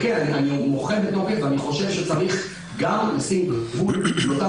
אני מוחה וחושב שצריך גם לשים גבול לאותם